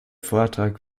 vortrag